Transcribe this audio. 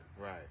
right